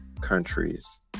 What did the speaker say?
countries